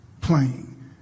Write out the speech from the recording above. playing